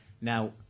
Now